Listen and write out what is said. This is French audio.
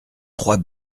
trois